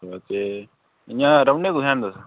ते इ'यां रौह्न्नें कुत्थै न तुस